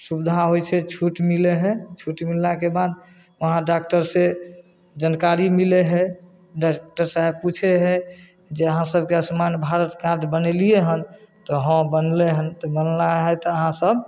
सुविधा होइ छै छूट मिलै हइ छूट मिललाके बाद वहाँ डॉक्टर से जानकारी मिलै हइ डॉक्टर साहब पुछै हइ जे अहाँसभके आयुष्मान भारत कार्ड बनेलिए हन तऽ हँ बनलै हन तऽ बनला हइ तऽ अहाँसभ